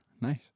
nice